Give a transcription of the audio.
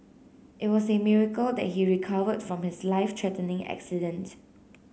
it was a miracle that he recovered from his life threatening accident